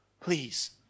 Please